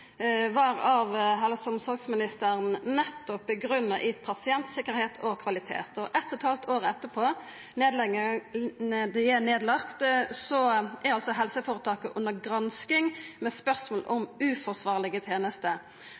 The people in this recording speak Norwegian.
av helse- og omsorgsministeren grunngjeve nettopp med pasientsikkerheit og kvalitet, og eitt og eit halvt år etter nedleggingane er altså helseføretaket under gransking med spørsmål om uforsvarlege tenester.